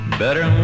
better